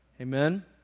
Amen